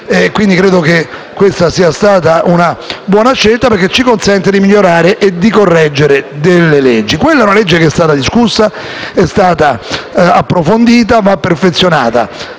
vita. Ritengo che questa sia stata una buona scelta, perché ci consente di migliorare e correggere le leggi. Quello è un provvedimento che è stato discusso, è stato approfondito e va perfezionato.